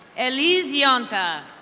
eliza yonka.